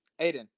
Aiden